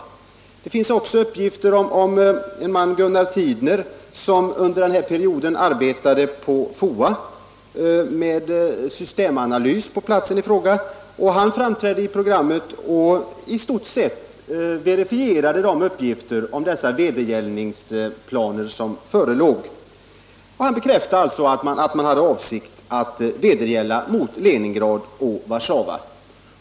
Det finns också uppgifter av en man, Gunnar Tidner, som under denna period arbetade med systemanalys på FOA. Han framträdde i programmet och verifierade i stort sett de uppgifter om de vedergällningsplaner som förelåg mot Leningrad och Warszawa.